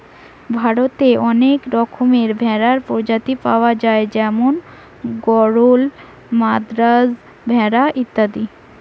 ভারতে অনেক রকমের ভেড়ার প্রজাতি পায়া যায় যেমন গরল, মাদ্রাজ ভেড়া ইত্যাদি